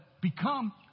become